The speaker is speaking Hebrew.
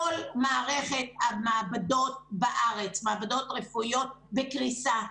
כל מערכת המעבדות הרפואיות בארץ בקריסה.